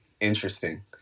Interesting